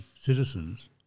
citizens